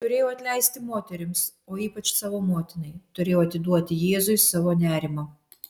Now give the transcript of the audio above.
turėjau atleisti moterims o ypač savo motinai turėjau atiduoti jėzui savo nerimą